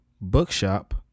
bookshop